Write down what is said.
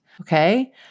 Okay